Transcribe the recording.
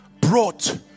brought